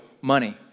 money